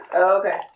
okay